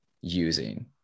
using